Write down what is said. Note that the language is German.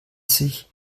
sich